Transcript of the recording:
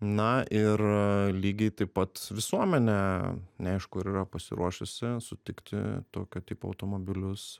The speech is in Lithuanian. na ir lygiai taip pat visuomenė neaišku ar yra pasiruošusi sutikti tokio tipo automobilius